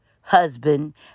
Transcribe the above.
husband